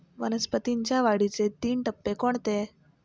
वनस्पतींच्या वाढीचे तीन टप्पे कोणते?